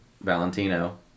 Valentino